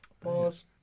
Pause